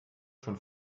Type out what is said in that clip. schon